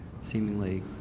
seemingly